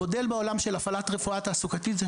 המודל בעולם של הפעלת רפואה תעסוקתית זה